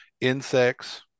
Insects